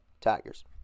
Tigers